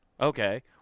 Okay